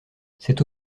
cette